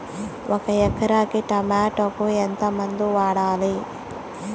ఒక ఎకరాకి టమోటా కు ఎంత మందులు వాడాలి?